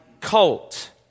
cult